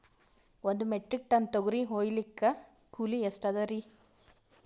ಒಂದ್ metric tonne ತೊಗರಿ ಹೋಯಿಲಿಕ್ಕ ಕೂಲಿ ಎಷ್ಟ ಅದರೀ?